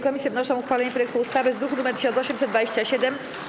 Komisje wnoszą o uchwalenie projektu ustawy z druku nr 1827.